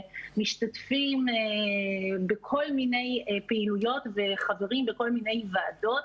משתתפים בכל מיני פעילויות וחברים בכל מיני ועדות,